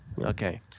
Okay